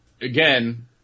Again